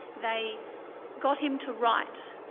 they got him to write,